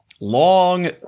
long